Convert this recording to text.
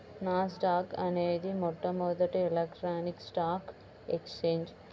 నాస్ dock అనేది మొట్టమొదటి electronic stock exchange